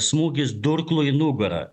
smūgis durklu į nugarą